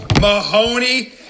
mahoney